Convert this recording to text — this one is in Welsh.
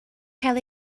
cael